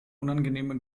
unangenehme